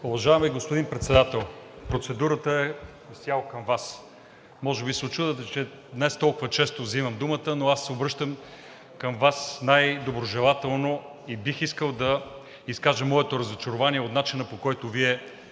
Уважаеми господин Председател, процедурата е изцяло към Вас. Може би се учудвате, че днес толкова често взимам думата, но аз се обръщам към Вас най-доброжелателно и бих искал да изкажа моето разочарование от начина, по който Вие